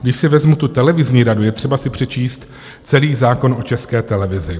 Když si vezmu tu televizní radu, je třeba si přečíst celý zákon o České televizi.